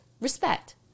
respect